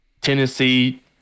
Tennessee